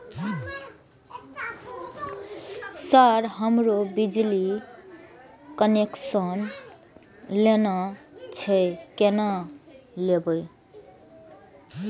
Sir हमरो बिजली connection लेना छे केना लेबे?